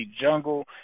Jungle